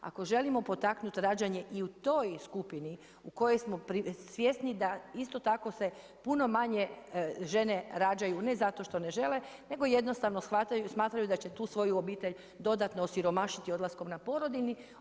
Ako želimo potaknuti rađanje i u toj skupini u kojoj smo svjesni da isto tako se puno manje žene rađaju, ne zašto što ne žele, nego jednostavno smatraju da će tu svoju obitelj dodatno osiromašiti odlaskom na porodiljni.